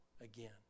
again